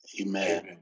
Amen